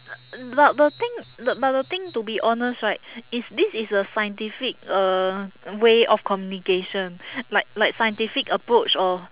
but the thing the but the thing to be honest right is this is a scientific uh way of communication like like scientific approach of